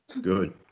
Good